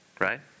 right